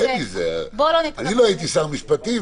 אני לא הייתי שר משפטים,